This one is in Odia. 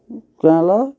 କେଁ ହେଲା